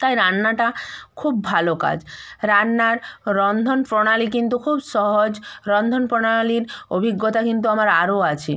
তাই রান্নাটা খুব ভালো কাজ রান্নার রন্ধন প্রণালী কিন্তু খুব সহজ রন্ধন প্রণালীর অভিজ্ঞতা কিন্তু আমার আরো আছে